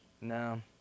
No